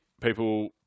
People